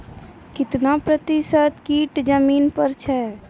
कितना प्रतिसत कीट जमीन पर हैं?